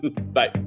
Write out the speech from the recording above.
Bye